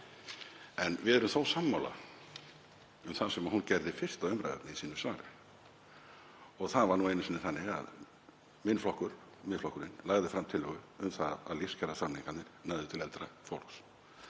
en við erum þó sammála um það sem hún gerði fyrst að umræðuefni í sínu svari, og það var nú einu sinni þannig að minn flokkur, Miðflokkurinn, lagði fram tillögu um að lífskjarasamningarnir næðu til eldra fólks